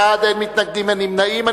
11 בעד, אין מתנגדים, אין נמנעים.